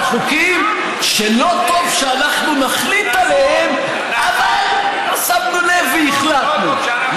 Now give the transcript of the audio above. שלא טוב שאנחנו נחליט עליהם אבל לא שמנו לב והחלטנו.